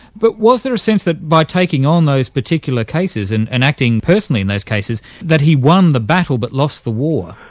but was there a sense that by taking on those particular cases, and and acting personally in those cases, that he won the battle but lost the war?